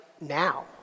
Now